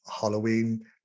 halloween